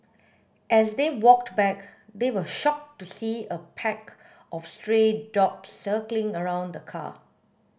as they walked back they were shocked to see a pack of stray dogs circling around the car